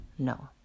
No